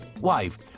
Wife